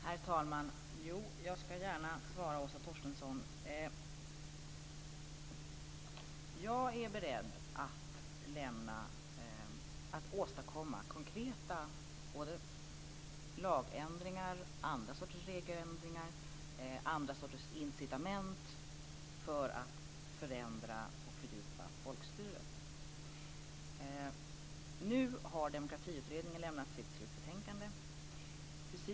Herr talman! Jo, jag ska gärna svara, Åsa Torstensson! Jag är beredd att åstadkomma konkreta lagändringar och andra sorters regeländringar och incitament för att förändra och fördjupa folkstyret. Nu har Demokratiutredningen lämnat sitt slutbetänkande.